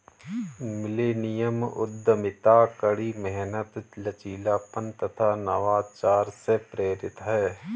millennium उद्यमिता कड़ी मेहनत, लचीलापन तथा नवाचार से प्रेरित है